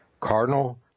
Cardinal